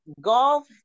golf